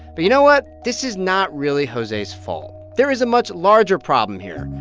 but you know what? this is not really jose's fault. there is a much larger problem here,